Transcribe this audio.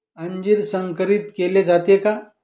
अंजीर संकरित केले जाते का?